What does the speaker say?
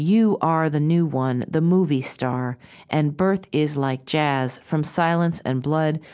you are the new one, the movie star and birth is like jazz from silence and blood,